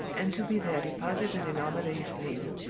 and to be there deposited in armadale's name.